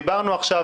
דיברנו עכשיו,